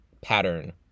pattern